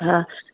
हा